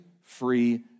free